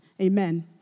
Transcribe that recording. Amen